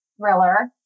thriller